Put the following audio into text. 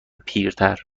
پیرتر